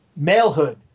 malehood